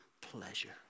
pleasure